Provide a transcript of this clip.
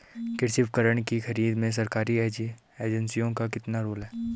कृषि उपकरण की खरीद में सरकारी एजेंसियों का कितना रोल है?